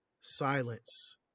silence